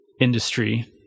industry